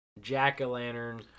jack-o'-lantern